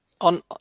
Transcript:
On